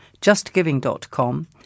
justgiving.com